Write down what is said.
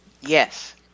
Yes